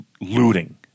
looting